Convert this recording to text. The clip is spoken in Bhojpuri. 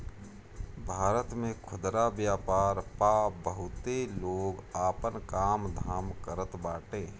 भारत में खुदरा व्यापार पअ बहुते लोग आपन काम धाम करत बाटे